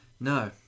No